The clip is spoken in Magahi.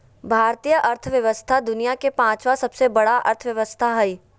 भारतीय अर्थव्यवस्था दुनिया के पाँचवा सबसे बड़ा अर्थव्यवस्था हय